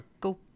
Go